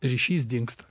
ryšys dingsta